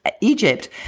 Egypt